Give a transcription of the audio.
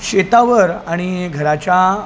शेतावर आणि घराच्या